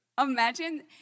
Imagine